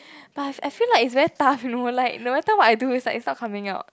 but I I feel like it's very tough you know like no matter what I do it's not coming out